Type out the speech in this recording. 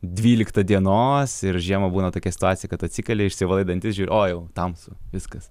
dvyliktą dienos ir žiemą būna tokia situacija kad atsikeli išsivalai dantis žiūri o jau tamsu viskas